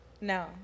No